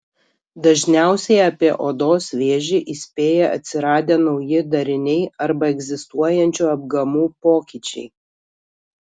dažniausi apie odos vėžį įspėja atsiradę nauji dariniai arba egzistuojančių apgamų pokyčiai